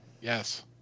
Yes